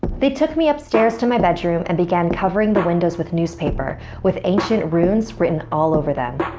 they took me upstairs to my bedroom and began covering the windows with newspaper, with ancient runes written all over them.